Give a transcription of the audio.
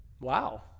Wow